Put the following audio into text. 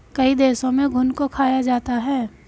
कई देशों में घुन को खाया जाता है